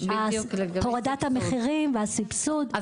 הורדת המחירים והסבסוד.